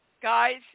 guys